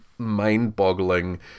mind-boggling